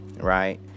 Right